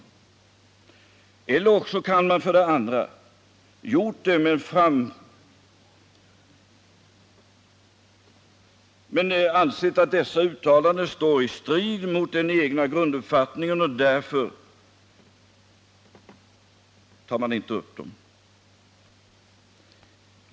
Det kan också vara så att man har gjort det men ansett att dessa uttalanden står i strid med den egna grunduppfattningen och därför inte tar hänsyn till dem.